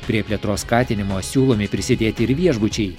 prie plėtros skatinimo siūlomi prisidėti ir viešbučiai